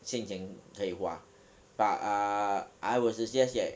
现钱可以花 but uh I would suggest that